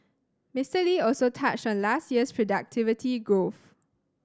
Mister Lee also touched on last year's productivity growth